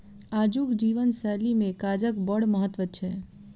आजुक जीवन शैली मे कागजक बड़ महत्व छै